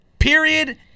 Period